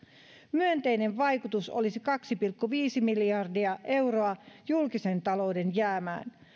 myönteinen vaikutus olisi kaksi pilkku viisi miljardia euroa julkisen talouden jäämään